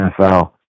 NFL